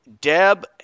Deb